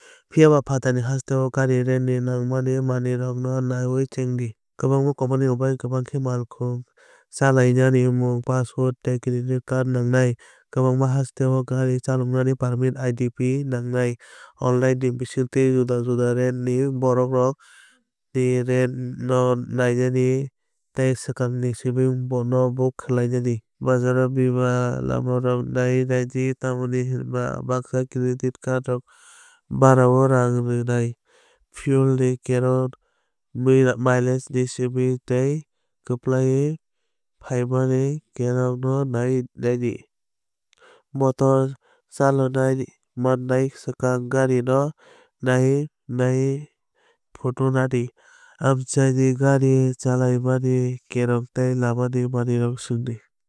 Phiyaba phatarni hasteo gari rent ni nangmani manwirokno naiwi chengdi. Kwbangma company rokni bagwi kaham khe malkhung chalainani mung passport tei credit card nangnai. Kwbangma hasteo gari chalainani permit IDP nangnai. Online ni bisingtwi juda juda rent ni borokrok ni rang no nainani tei swkang ni simi no book khai di. Bhajao bima lamarokno naiwi naidi tamni hwnba baksa credit cardrok bharao rang rwnai. Fuel ni kerong mileage ni simi tei kwplai phaimani kerong no naiwi naidi. Motor chalonai mannai swkang gari no naiwi naiwi photo naidi. Amchaini gari chalaimani kerong tei lama ni marirokno swngdi.